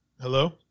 Hello